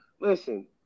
listen